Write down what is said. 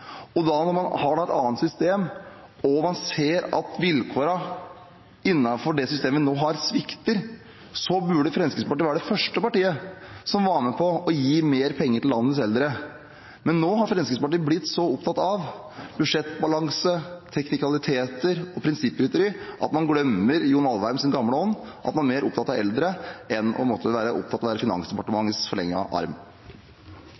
Og når vi har et annet system, og man ser at vilkårene innenfor det systemet vi nå har, svikter, så burde Fremskrittspartiet være det første partiet som var med på å gi mer penger til landets eldre. Men nå har Fremskrittspartiet blitt så opptatt av budsjettbalanse, «teknikaliteter» og prinsipprytteri, at man glemmer John Alvheims gamle ånd; man må være mer opptatt av eldre enn av å være